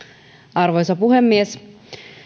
arvoisa puhemies